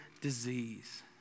disease